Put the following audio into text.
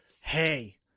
Hey